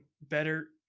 better